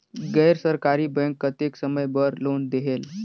गैर सरकारी बैंक कतेक समय बर लोन देहेल?